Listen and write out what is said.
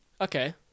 Okay